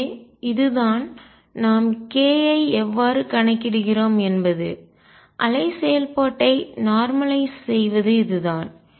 எனவே இதுதான் நாம் k ஐ எவ்வாறு கணக்கிடுகிறோம் என்பது அலை செயல்பாட்டை நார்மலயிஸ் இயல்பாக்குவது செய்வது இதுதான்